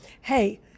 hey